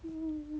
um